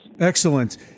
Excellent